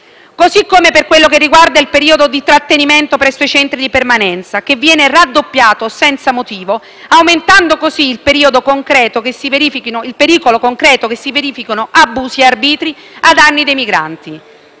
Così come per quello che riguarda il periodo di trattenimento presso i centri di permanenza, che viene raddoppiato senza motivo, aumentando così il pericolo concreto che si verifichino abusi e arbitri ai danni dei migranti.